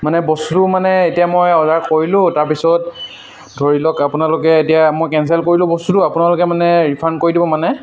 মানে বস্তুটো মানে এতিয়া মই অৰ্ডাৰ কৰিলোঁ তাৰপিছত ধৰি লওক আপোনালোকে এতিয়া মই কেনচেল কৰিলোঁ বস্তুটো আপোনালোকে মানে ৰিফাণ্ড কৰি দিব মানে